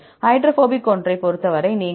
hydrophobic ஒன்றைப் பொறுத்தவரை நீங்கள் 1